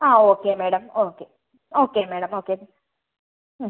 ആ okay madam okay okay madam okay